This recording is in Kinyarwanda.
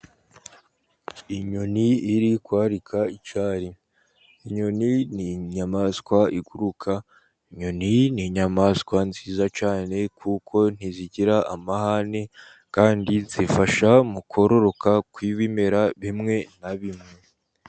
Inyoni iri kwarika icyari. Inyoni ni inyamaswa iguruka. Inyoni ni inyamaswa nziza cyane kuko ntizigira amahane, kandi zifasha mu kororoka kw'ibimera bimwe na bimwe.